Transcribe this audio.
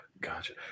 Gotcha